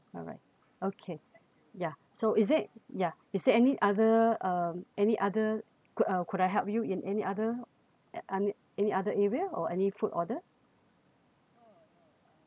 alright okay yeah so is it ya is there any other uh any other uh could I help you in any other any any other area or any food order